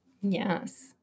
Yes